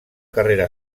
carrera